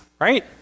right